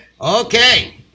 Okay